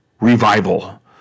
revival